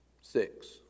Six